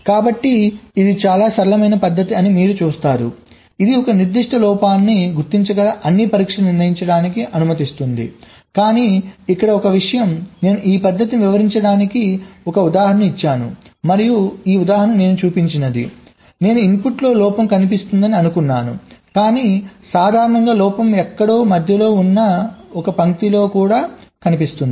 కాబట్టి ఇది చాలా సరళమైన పద్ధతి అని మీరు చూస్తారు ఇది ఒక నిర్దిష్ట లోపాన్ని గుర్తించగల అన్ని పరీక్షలను నిర్ణయించటానికి అనుమతిస్తుంది కానీ ఇక్కడ ఒక విషయం నేను ఈ పద్ధతిని వివరించడానికి ఒక ఉదాహరణను ఇచ్చాను మరియు ఈ ఉదాహరణ నేను చూపించినది నేను ఇన్పుట్లో లోపం కనిపిస్తుంది అనుకున్నాను కానీ సాధారణంగా లోపం ఎక్కడో మధ్యలో ఉన్న ఒక పంక్తిలో కూడా కనిపిస్తుంది